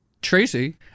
Tracy